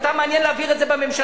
אותם מעניין להעביר את זה בממשלה.